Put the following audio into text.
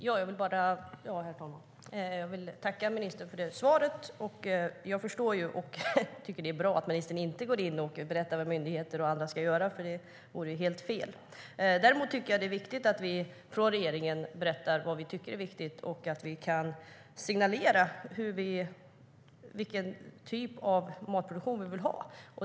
Herr talman! Jag vill tacka ministern för svaret. Jag förstår och tycker att det är bra att ministern inte går in och berättar vad myndigheter och andra ska göra, för det vore helt fel. Däremot tycker jag att det är viktigt att regeringen berättar vad man tycker är viktigt och kan signalera vilken typ av matproduktion vi vill ha.